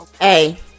Hey